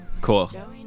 Cool